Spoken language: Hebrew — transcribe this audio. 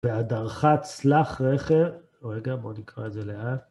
והדרכה צלח רכב, רגע בוא נקרא את זה לאט.